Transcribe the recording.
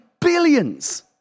billions